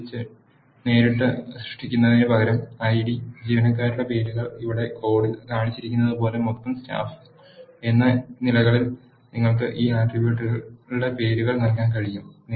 ഒരു ലിസ്റ്റ് നേരിട്ട് സൃഷ്ടിക്കുന്നതിനുപകരം ഐഡി ജീവനക്കാരുടെ പേരുകൾ ഇവിടെ കോഡിൽ കാണിച്ചിരിക്കുന്നതുപോലെ മൊത്തം സ്റ്റാഫ് എന്നീ നിലകളിൽ നിങ്ങൾക്ക് ഈ ആട്രിബ്യൂട്ടുകളുടെ പേരുകൾ നൽകാനും കഴിയും